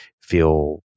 feel